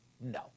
no